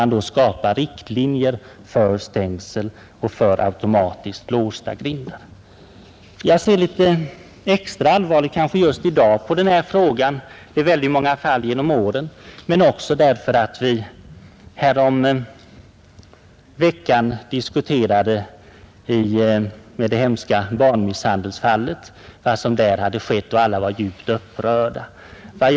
Riktlinjer bör då dras upp beträffande stängsel och automatiskt låsta grindar. Jag ser allvarligt på denna fråga därför att det genom åren har förekommit många onödiga barndrunkningar men extra allvarligt just nu på grund av det hemska barnmisshandelsfallet häromveckan, som djupt upprört oss alla.